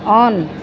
on